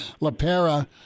LaPera